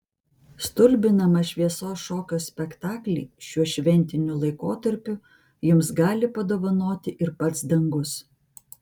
stulbinamą šviesos šokio spektaklį šiuo šventiniu laikotarpiu jums gali padovanoti ir pats dangus